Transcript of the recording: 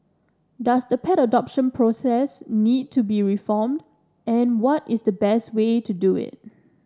does the pet adoption process need to be reformed and what is the best way to do it